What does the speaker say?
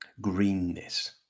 greenness